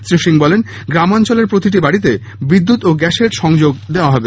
শ্রী সিং বলেন গ্রামাঞ্চলের প্রতিটি বাড়িতে বিদ্যুত ও গ্যাসের সংযোগ দেওয়া হবে